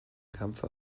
kampfe